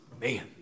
man